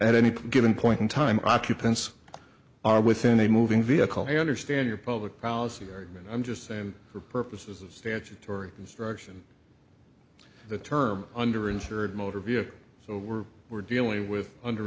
at any given point in time occupants are within a moving vehicle i understand your public policy argument i'm just and for purposes of statutory construction the term under insured motor vehicle so we're we're dealing with under